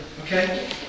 okay